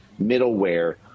middleware